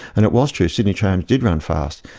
and it was true, sydney trams did run fast.